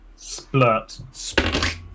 Splurt